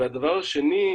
והדבר השני,